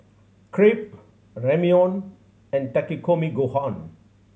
Crepe Ramyeon and Takikomi Gohan